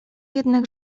jednak